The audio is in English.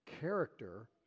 Character